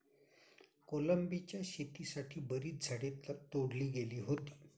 कोलंबीच्या शेतीसाठी बरीच झाडे तोडली गेली होती